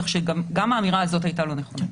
כך שגם האמירה הזאת הייתה לא נכונה.